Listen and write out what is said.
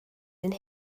mynd